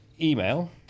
email